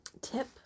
tip